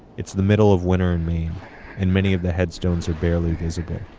it's the middle of winter in maine and many of the headstones are barely visible.